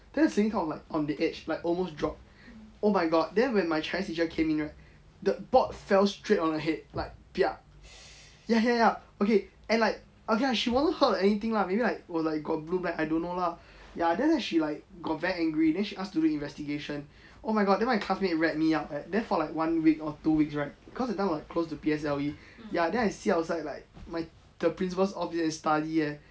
then the ceiling tile like on the edge like almost drop oh my god then when my chinese teacher came in right the board felt straight on her head like ya ya ya okay and like okay lah she would hurt or anything lah maybe like were like got blue black I don't know lah ya then she like got very angry then she asked to do investigation oh my god then my classmate wrap me up eh then for like one week or two weeks right cause that time like close to P_S_L_E ya then I sit outside like my the principal's office and study eh